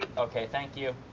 okay, thank you.